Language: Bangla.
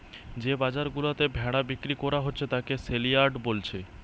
যে বাজার গুলাতে ভেড়া বিক্রি কোরা হচ্ছে তাকে সেলইয়ার্ড বোলছে